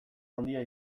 handia